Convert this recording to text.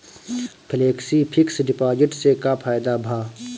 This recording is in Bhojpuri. फेलेक्सी फिक्स डिपाँजिट से का फायदा भा?